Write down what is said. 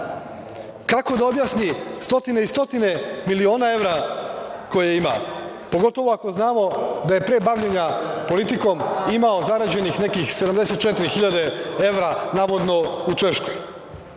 Kako da objasni stotine i stotine miliona evra koje ima, pogotovo ako znamo da je pre bavljenja politikom imao zarađenih nekih 74 hiljade evra navodno u Češkoj? Dakle,